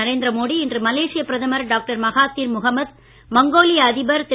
நரேந்திர மோடி இன்று மலேசிய பிரதமர் டாக்டர் மகாத்திர் முகமது மங்கோலிய அதிபர் திரு